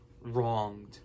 wronged